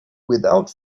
without